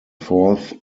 fourth